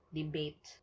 debate